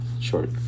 short